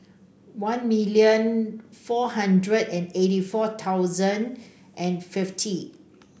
one million four hundred and eighty four thousand and fifty